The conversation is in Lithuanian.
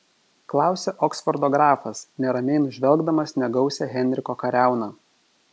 klausia oksfordo grafas neramiai nužvelgdamas negausią henriko kariauną